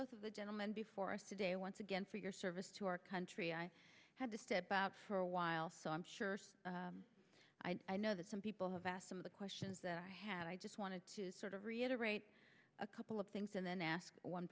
gentlemen before us today once again for your service to our country i had to step out for a while so i'm sure i know that some people have asked some of the questions i have i just wanted to sort of reiterate a couple of things and then ask one